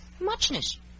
Muchness